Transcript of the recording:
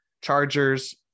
Chargers